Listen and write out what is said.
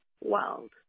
world